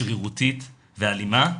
שרירותית ואלימה,